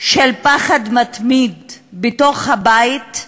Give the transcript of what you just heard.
של פחד מתמיד בתוך הבית,